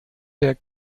der